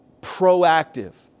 proactive